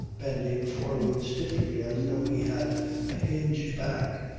bending forward stiffly as though he had a hinged back,